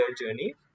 journey